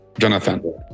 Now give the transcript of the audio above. Jonathan